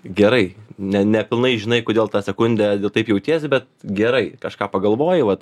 gerai ne nepilnai žinai kodėl tą sekundę taip jautiesi bet gerai kažką pagalvoji vat